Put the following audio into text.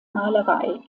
malerei